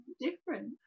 different